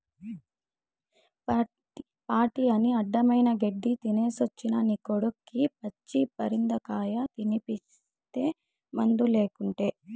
party అని అడ్డమైన గెడ్డీ తినేసొచ్చిన నీ కొడుక్కి పచ్చి పరిందకాయ తినిపిస్తీ మందులేకుటే